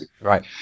Right